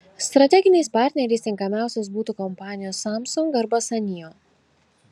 strateginiais partneriais tinkamiausios būtų kompanijos samsung arba sanyo